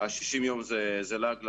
60 ימים זה לעג לרש.